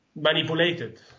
manipulated